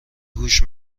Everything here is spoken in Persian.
هوش